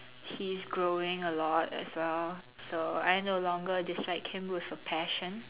he's growing a lot as well so I no longer dislike him with a passion